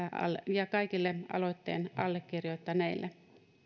ja kaikille aloitteen allekirjoittaneille